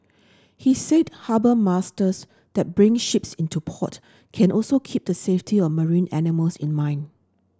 he said harbour masters that bring ships into port can also keep the safety of marine animals in mind